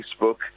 Facebook